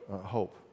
hope